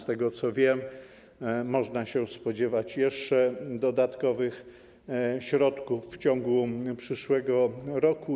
Z tego, co wiem, można się spodziewać jeszcze dodatkowych środków w ciągu przyszłego roku.